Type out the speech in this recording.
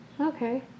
Okay